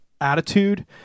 attitude